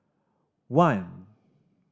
one